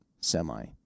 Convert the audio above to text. semi